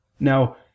Now